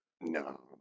No